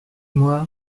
moi